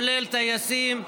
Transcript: כולל טייסים,